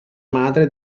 madre